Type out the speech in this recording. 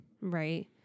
Right